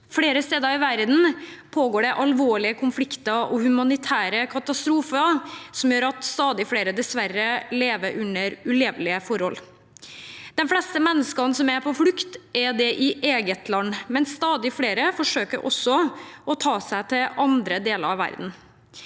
Flere steder i verden pågår det alvorlige konflikter og humanitære katastrofer som gjør at stadig flere dessverre lever under ulevelige forhold. De fleste menneskene som er på flukt, er det i eget land, men stadig flere forsøker å ta seg til andre deler av verden.